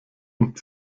und